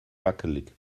wackelig